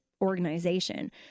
organization